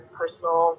personal